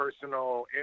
personal